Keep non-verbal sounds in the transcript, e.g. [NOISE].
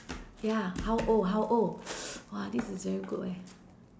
ya how old how old [NOISE] !wah! this is very good eh